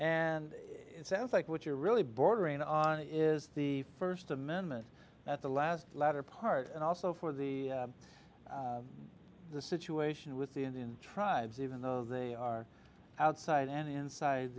and it sounds like what you're really bordering on is the first amendment that the last letter part and also for the situation with the indian tribes even though they are outside and inside